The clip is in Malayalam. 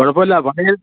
കുഴപ്പമില്ല